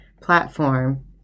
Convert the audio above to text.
platform